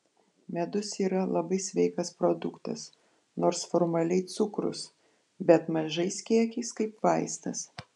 medus yra labai sveikas produktas nors formaliai cukrus bet mažais kiekiais kaip vaistas